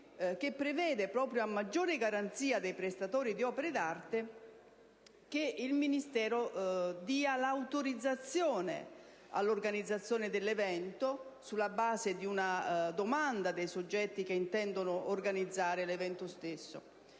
che prevede, proprio a maggiore garanzia dei prestatori di opere d'arte, che il Ministero dia l'autorizzazione all'organizzazione dell'evento, sulla base di una domanda dei soggetti che intendono organizzarlo.